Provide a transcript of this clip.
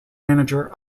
manager